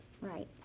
Right